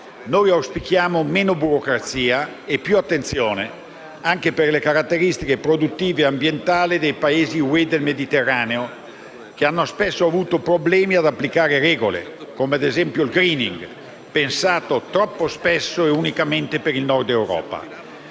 auspichiamo meno burocrazia e più attenzione, anche per le caratteristiche produttive e ambientali dei Paesi UE del Mediterraneo, che hanno spesso avuto problemi ad applicare regole (come ad esempio il *greening*), pensate troppo spesso e unicamente per il Nord Europa.